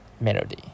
melody